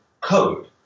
code